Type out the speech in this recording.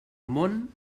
món